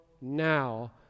now